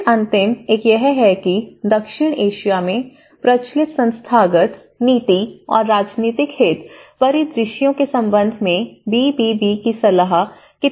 फिर अंतिम एक यह है कि दक्षिण एशिया में प्रचलित संस्थागत नीति और राजनीतिक हित परिदृश्यों के संबंध में बी बी बी की सलाह कितनी सार्थक हैं